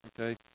okay